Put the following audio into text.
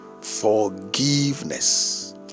Forgiveness